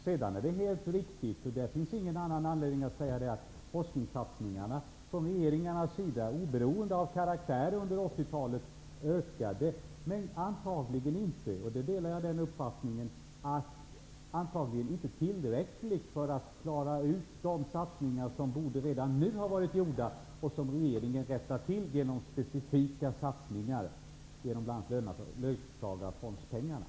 Sedan är det helt riktigt att forskningssatsningarna från regeringarnas sida, oberoende av karaktär, under 80-talet ökade, men antagligen inte tillräckligt -- den uppfattningen delar jag -- för att göra de satsningar som redan nu borde ha varit gjorda och som regeringen rättar till genom specifika satsningar genom bl.a.